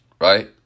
right